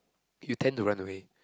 you tend to run away